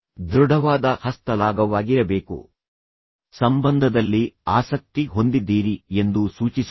ದೃಢವಾದ ಹಸ್ತಲಾಘವವಾಗಿರಬೇಕು ಸಂಬಂಧದಲ್ಲಿ ಆಸಕ್ತಿ ಹೊಂದಿದ್ದೀರಿ ಎಂದು ಸೂಚಿಸುತ್ತದೆ